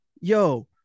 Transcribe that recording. yo